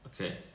Okay